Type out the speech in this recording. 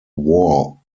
wore